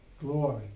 glory